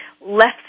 left